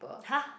!huh!